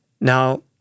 Now